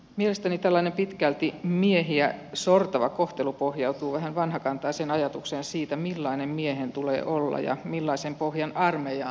mielestäni tällainen pitkälti miehiä sortava kohtelu pohjautuu vähän vanhakantaiseen ajatukseen siitä millainen miehen tulee olla ja millaisen pohjan armeija antaa miehelle